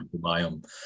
microbiome